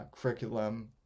curriculum